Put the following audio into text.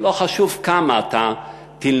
לא חשוב כמה תלמד,